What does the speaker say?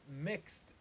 mixed